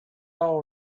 all